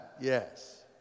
Yes